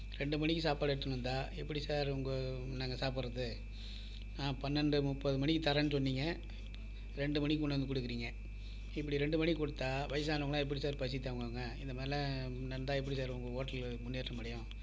ரெண்டு மணிக்கு சாப்பாடு எடுத்துன்னு வந்தால் எப்படி சார் உங்க நாங்கள் சாப்படுறது நான் பன்னெண்டு முப்பது மணிக்கு தரேன்னு சொன்னீங்கள் ரெண்டு மணிக்கு கொண்டு வந்து கொடுக்குறிங்க இப்படி ரெண்டு மணிக்கு கொடுத்தா வயசானவங்கலாம் எப்படி சார் பசி தாங்குவாங்க இந்த மாதிரிலாம் நடந்தால் எப்படி சார் உங்கள் ஹோட்டலு முன்னேற்ற அடையும்